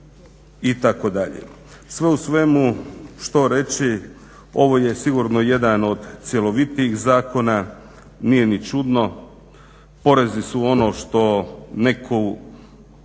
kupac itd.. Sve u svemu što reći ovo je sigurno jedan od cjelovitijih zakona. Nije ni čudno, porezi su ono što neku